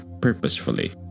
purposefully